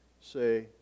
say